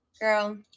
girl